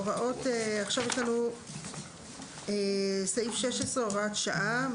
עכשיו אנחנו בסעיף 16 הוראת שעה.